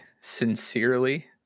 sincerely